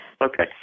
Okay